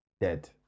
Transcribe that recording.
Dead